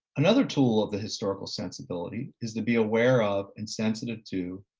another tool of the historical sensibility is to be aware of and sensitive to